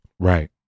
right